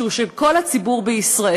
שהוא של כל הציבור בישראל,